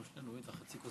קדוש